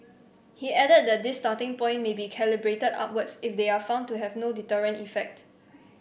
he added that this starting point may be calibrated upwards if they are found to have no deterrent effect